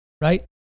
right